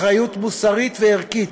אחריות מוסרית וערכית,